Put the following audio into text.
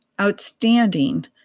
outstanding